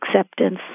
acceptance